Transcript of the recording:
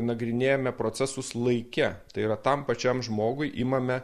nagrinėjame procesus laike tai yra tam pačiam žmogui imame